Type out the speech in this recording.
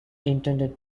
intended